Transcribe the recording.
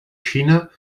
xina